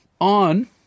On